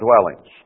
dwellings